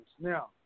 Now